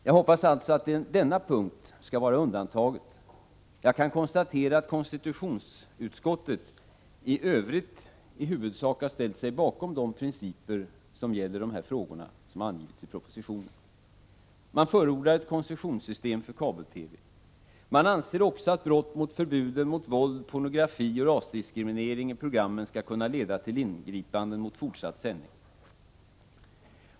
Jag hoppas alltså att denna punkt skall vara undantaget. Jag kan konstatera att konstitutionsutskottet i övrigt i huvudsak har ställt sig bakom principerna när det gäller de frågor som anges i propositionen. Man förordar ett koncessionssystem för kabel-TV. Man anser också att brott mot förbudet mot våld, pornografi och rasdiskriminering i programmen skall kunna leda till ingripanden mot fortsatt sändning.